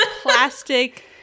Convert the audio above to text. plastic